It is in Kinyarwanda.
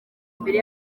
mbere